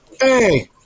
Hey